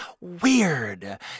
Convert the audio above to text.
weird